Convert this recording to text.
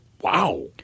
Wow